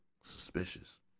suspicious